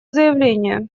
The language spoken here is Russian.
заявление